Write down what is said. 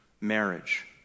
marriage